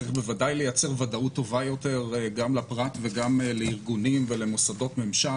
צריך בוודאי לייצר ודאות טובה יותר גם לפרט וגם לארגונים ולמוסדות ממשל